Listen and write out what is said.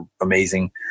amazing